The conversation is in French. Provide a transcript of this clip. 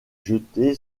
jeté